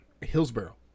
Hillsboro